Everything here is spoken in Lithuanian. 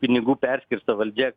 pinigų perskirsto valdžia